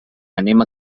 anem